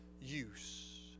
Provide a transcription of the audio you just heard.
use